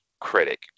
critic